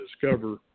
discover